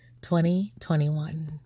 2021